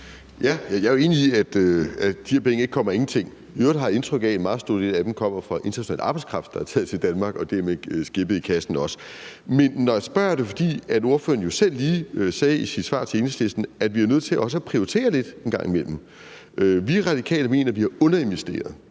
Jeg er enig i, at de her penge ikke kommer af ingenting. I øvrigt har jeg indtryk af, at en meget stor del af dem kommer fra international arbejdskraft, der er taget til Danmark, hvilket også har skæppet i kassen. Når jeg spørger, er det, fordi ordføreren jo selv lige sagde i sit svar til spørgeren fra Enhedslisten, at vi også er nødt til at prioritere lidt en gang imellem. Vi Radikale mener, at vi har underinvesteret